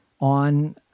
on